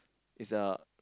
is a